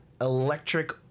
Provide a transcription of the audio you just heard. Electric